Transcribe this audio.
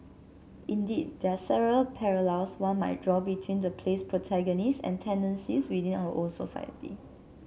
indeed there are several parallels one might draw between the play's protagonists and tendencies within our own society